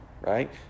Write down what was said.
right